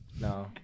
no